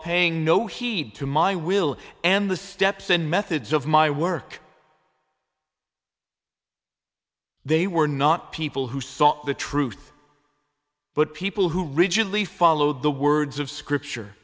paying no heed to my will and the steps and methods of my work they were not people who sought the truth but people who rigidly follow the words of scripture